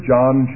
John